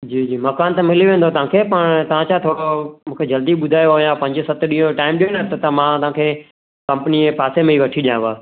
जी जी मकानु त मिली वेंदो तव्हांखे पर तव्हां छा थोरो मूंखे जल्दी ॿुधायो हा या पंज सत ॾींहं जो टाइम ॾियो न त त मां तव्हांखे कंपनीअ जे पासे में ई वठी ॾियांव हा